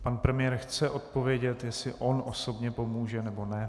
Pan premiér chce odpovědět, jestli on osobně pomůže, nebo ne.